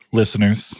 listeners